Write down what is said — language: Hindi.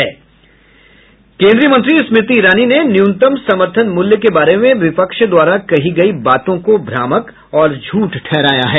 केन्द्रीय मंत्री स्मृति ईरानी ने न्यूनतम समर्थन मूल्य के बारे में विपक्ष द्वारा कही गई बातों को भ्रामक और झूठ ठहराया हैं